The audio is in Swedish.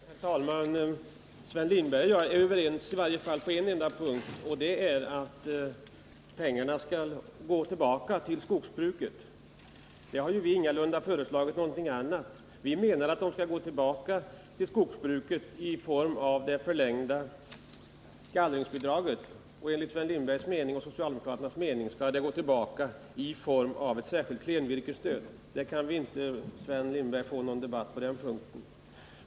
Herr talman! Sven Lindberg och jag är överens i varje fall på en punkt, nämligen om att pengarna skall gå tillbaka till skogsbruket. Vi har ingalunda föreslagit någonting annat. Vi menar att det skall gå tillbaka till skogsbruket i form av det förlängda gallringsbidraget, och enligt socialdemokraternas mening skall det gå tillbaka i form av ett särskilt klenvirkesstöd. Vi behöver inte föra någon debatt om den saken.